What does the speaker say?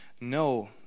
No